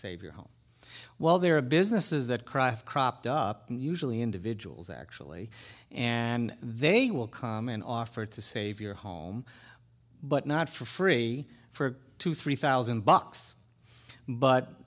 save your home while there are businesses that craft cropped up and usually individuals actually and they will come and offer to save your home but not for free for two three thousand bucks but